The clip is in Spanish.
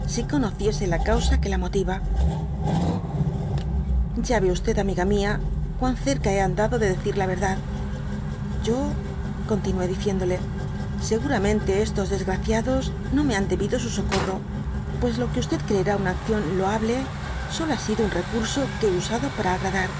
si conociese la causa que la motiva ya vé amiga mia cuan cerca hé andado'dc decir la verdad yo continué diciendole a sey guramenteestosdesgraciados no me han debido su socorro pues lo que creerá una accicm loable solo ha sido un recurso que hé usado para agradar